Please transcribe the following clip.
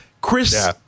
Chris